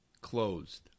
Closed